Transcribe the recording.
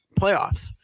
playoffs